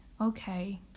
okay